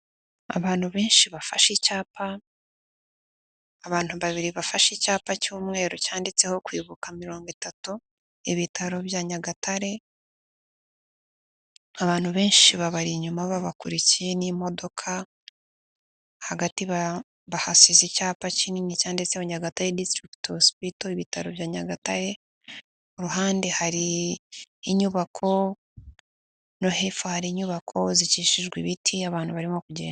Abantu benshi bafashe icyapa, abantu babiri bafashe icyapa cy'umweru cyanditseho kwibuka mirongo itatu. Ibitaro bya Nyagatare, abantu benshi babari inyuma babakurikiye n'imodoka hagati bahasize icyapa kinini cyanditseho Nyagata district hospital ibitaro bya Nyagatare. Iruhande hari inyubako no hepfo hari inyubako zicishijwe ibiti, abantu barimo kugenda.